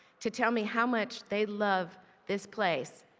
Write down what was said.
to tell me how much they love this place.